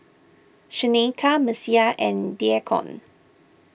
Shaneka Messiah and Deacon